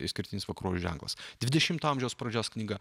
išskirtinis vakarų ženklas dvidešimto amžiaus pradžios knyga